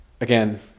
Again